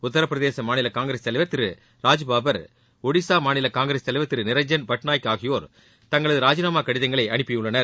உத்தரப்பிரதேச மாநில காங்கிரஸ் தலைவர் திரு ராஜ் பாபர் ஒடிஷா மாநில காங்கிரஸ் தலைவர் திரு நிரஞ்சன் பட்நாயக் ஆகியோர் தங்களது ராஜினாமா கடிதங்களை அனுப்பியுள்ளனர்